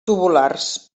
tubulars